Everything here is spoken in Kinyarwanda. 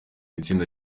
itsinda